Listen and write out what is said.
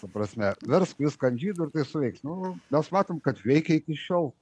ta prasme versk viską ant žydų ir tai suveiks nu mes matom kad veikia iki šiol